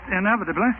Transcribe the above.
inevitably